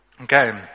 Okay